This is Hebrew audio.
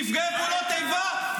-- נפגעי פעולות איבה,